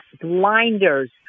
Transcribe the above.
blinders